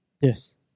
Yes